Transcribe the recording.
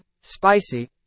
spicy